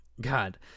god